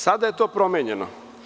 Sada je to promenjeno.